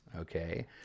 Okay